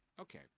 okay